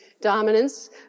dominance